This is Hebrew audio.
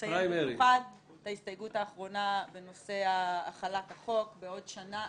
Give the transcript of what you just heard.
לציין במיוחד את ההסתייגות האחרונה לגבי החלת החוק בעוד שנה,